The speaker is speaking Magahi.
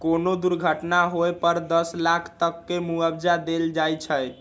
कोनो दुर्घटना होए पर दस लाख तक के मुआवजा देल जाई छई